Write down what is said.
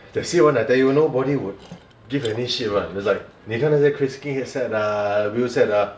that's it [one] I tell you nobody will give any shit [one] it's like 你看那个 crib sheet headset ah wheelset ah